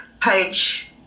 page